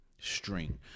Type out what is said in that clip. string